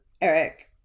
Eric